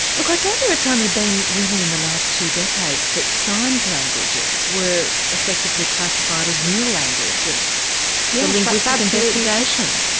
look i gather it's only been really in the last two decades that signed languages were effectively classified as real languages for yeah linguistic investigation?